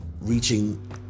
reaching